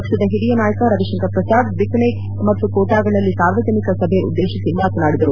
ಪಕ್ಷದ ಹಿರಿಯ ನಾಯಕ ರವಿಶಂಕರ್ ಪ್ರಸಾದ್ ಬಿಕನೇರ್ ಮತ್ತು ಕೋಟಾಗಳಲ್ಲಿ ಸಾರ್ವಜನಿಕ ಸಭೆ ಉದ್ದೇಶಿಸಿ ಮಾತನಾಡಿದರು